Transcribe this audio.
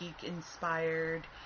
geek-inspired